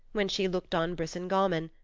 when she looked on brisingamen,